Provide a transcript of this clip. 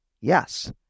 Yes